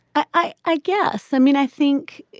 i i guess i mean, i think